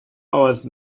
hours